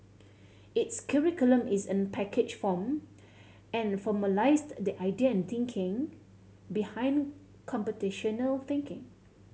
its curriculum is in a packaged form and formalised the idea and thinking behind computational thinking